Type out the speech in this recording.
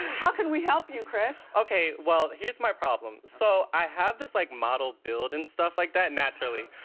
how can we help you, chris? okay, well, here's my problem. so, i have this like model build and stuff like that, naturally.